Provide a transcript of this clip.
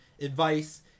advice